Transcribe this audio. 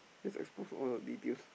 let's expose all the details